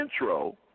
intro